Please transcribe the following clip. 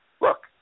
Look